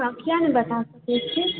हँ क्या नहि बता सकै छी